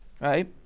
right